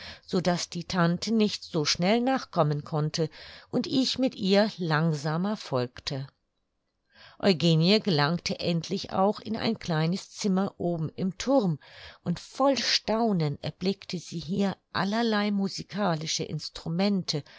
so daß die tante nicht so schnell nachkommen konnte und ich mit ihr langsamer folgte eugenie gelangte endlich auch in ein kleines zimmer oben im thurm und voll staunen erblickte sie hier allerlei musikalische instrumente